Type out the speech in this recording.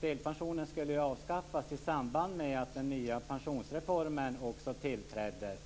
Delpensionen skulle avskaffas i samband med att den nya pensionsreformen tillträder.